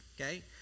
okay